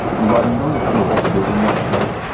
and while we know that people with disabilities, right,